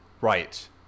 right